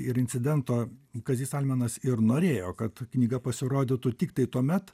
ir incidento kazys almenas ir norėjo kad knyga pasirodytų tiktai tuomet